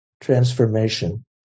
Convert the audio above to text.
Transformation